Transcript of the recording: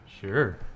Sure